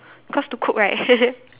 cause to cook right